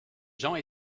gens